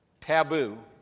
taboo